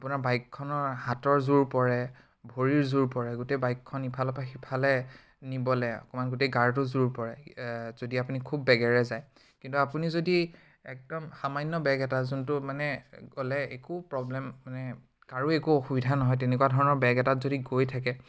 আপোনাৰ বাইকখনৰ হাতৰ জোৰ পৰে ভৰিৰ জোৰ পৰে গোটেই বাইকখনৰ ইফাৰ পৰা সিফালে নিবলৈ অকমান গোটেই গাটো জোৰ পৰে আপুনি যদি খুব বেগেৰে যায় কিন্তু আপুনি যদি একদম সামান্য বেগ এটা যোনটো মানে গ'লে একো প্ৰব্লেম মানে কাৰো একো অসুবিধা নহয় তেনেকুৱা ধৰণৰ বেগ এটাত যদি গৈ থাকে